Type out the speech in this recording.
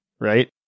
right